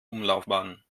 umlaufbahn